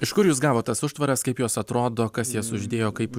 iš kur jūs gavot tas užtvaras kaip jos atrodo kas jas uždėjo kaip